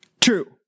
true